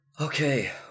Okay